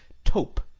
tope,